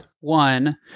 one